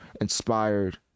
inspired